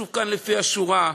שוב כאן לפי השורה,